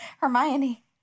Hermione